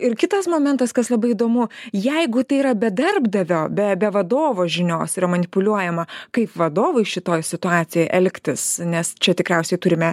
ir kitas momentas kas labai įdomu jeigu tai yra be darbdavio be be vadovo žinios yra manipuliuojama kaip vadovui šitoj situacijoj elgtis nes čia tikriausiai turime